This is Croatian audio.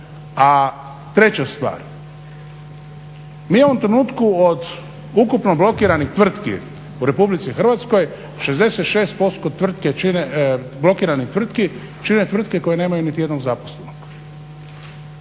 Treća stvar, mi u ovom trenutku od ukupnog blokiranih tvrtki u Republici Hrvatskoj 66% blokiranih tvrtki čine tvrtke koje nemaju niti jednog zaposlenog,